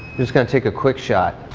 just gonna take a quick shot.